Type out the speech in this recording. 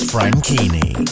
Franchini